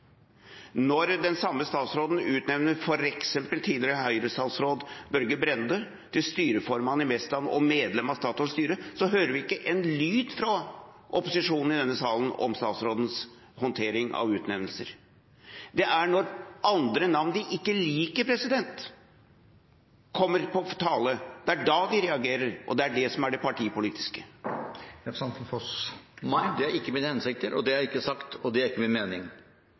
Når den samme statsråden utnevner f.eks. tidligere Høyre-statsråd Børge Brende til styreformann i Mesta og medlem av Statoils styre, hører vi ikke en lyd fra opposisjonen i denne salen om statsrådens håndtering av utnevnelser. Det er når navn de ikke liker kommer på tale, at de reagerer. Det er det som er det partipolitiske. Nei, det er ikke min hensikt, det har jeg ikke sagt, og det er ikke min mening.